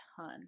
ton